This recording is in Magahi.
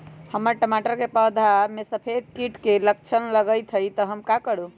हमर टमाटर के पौधा में सफेद सफेद कीट के लक्षण लगई थई हम का करू?